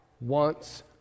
wants